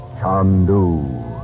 Chandu